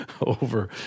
over